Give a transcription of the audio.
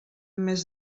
més